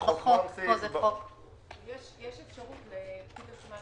יש סמכות לפקיד השומה